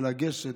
לגשת,